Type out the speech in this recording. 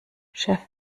chef